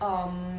um